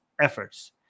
efforts